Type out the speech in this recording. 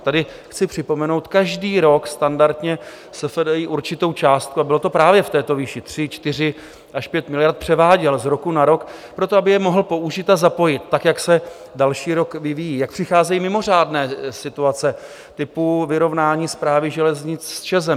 Tady chci připomenout, každý rok standardně SFDI určitou částku, a bylo to právě v této výši, 3, 4 až 5 miliard, převáděl z roku na rok, proto, aby je mohl použít a zapojit, tak jak se další rok vyvíjí, jak přicházejí mimořádné situace typu vyrovnání Správy železnic s ČEZ.